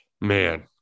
man